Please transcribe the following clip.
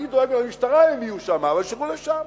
אני דואג למשטרה אם הם יהיו שם, אבל שילכו לשם.